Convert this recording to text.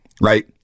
right